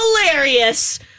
hilarious